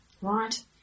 Right